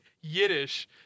Yiddish